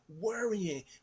worrying